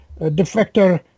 defector